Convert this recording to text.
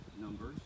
numbers